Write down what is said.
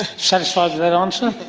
ah satisfied with that answer?